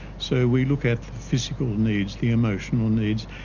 so we look at the physical needs, the emotional needs,